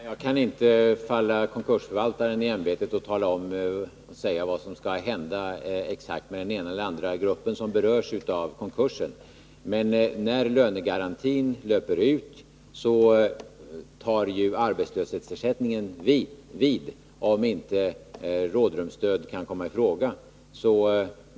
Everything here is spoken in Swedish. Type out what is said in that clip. Herr talman! Jag kan inte falla konkursförvaltaren i ämbetet och exakt säga vad som skall hända med den ena eller den andra gruppen som berörs av konkursen. Men när lönegarantin löper ut tar ju arbetslöshetsersättningen vid, om inte rådrumsstödet kan komma i fråga.